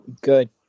Good